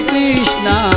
Krishna